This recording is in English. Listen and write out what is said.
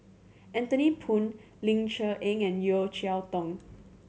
Anthony Poon Ling Cher Eng and Yeo Cheow Tong